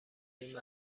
این